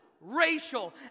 racial